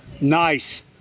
Nice